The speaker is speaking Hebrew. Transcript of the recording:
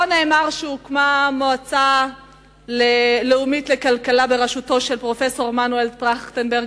לא נאמר שהוקמה מועצה לאומית לכלכלה בראשותו של פרופסור מנואל טרכטנברג,